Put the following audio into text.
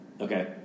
Okay